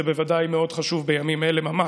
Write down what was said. זה ודאי מאוד חשוב בימים אלה ממש.